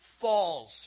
falls